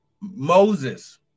Moses